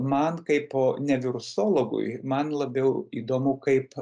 man kaip ne virusologui man labiau įdomu kaip